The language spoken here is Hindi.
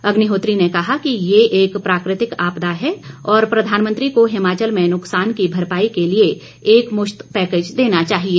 अग्निहोत्री ने कहा कि यह एक प्राकृतिक आपदा है और प्रधानमंत्री को हिमाचल में नुक्सान की भरपाई के लिए एकमुश्त पैकेज देना चाहिए